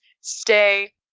stay